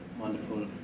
wonderful